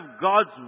God's